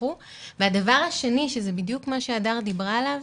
והדבר השני, שזה בדיוק מה שהדר דיברה עליו,